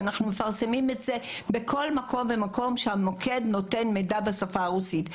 ואנחנו מפרסמים בכל מקום ומקום שהמוקד נותן מידע בשפה הרוסית.